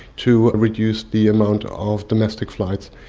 to reduce the amount of domestic flights.